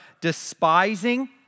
despising